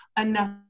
enough